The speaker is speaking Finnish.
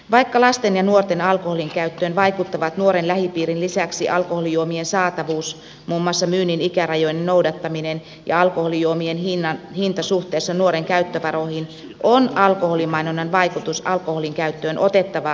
vaikka lasten ja nuorten alkoholinkäyttöön vaikuttavat nuoren lähipiirin lisäksi alkoholijuomien saatavuus muun muassa myynnin ikärajojen noudattaminen ja alkoholijuomien hinta suhteessa nuoren käyttövaroihin on alkoholimainonnan vaikutus alkoholinkäyttöön otettava vakavasti huomioon